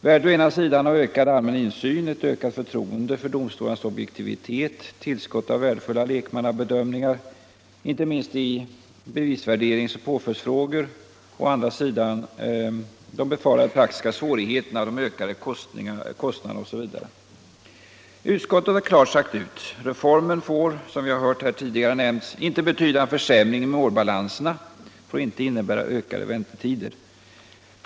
Värdet, å ena sidan, av ökad allmän insyn, ett ökat förtroende för domstolarnas objektivitet, tillskottet av värdefulla lekmannabedömningar inte minst i bevisvärderingsoch påföljdsfrågor, och å andra sidan de befarade praktiska svårigheterna, de ökade kostnaderna osv. Utskottet har klart sagt ut: Reformen får inte, som vi hört nämnas tidigare, betyda en försämring i målbalanserna, den får inte innebära ökade väntetider.